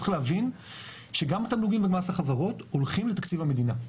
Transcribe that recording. צריך להבין שגם התמלוגים ומס החברות הולכים לתקציב המדינה.